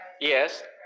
Yes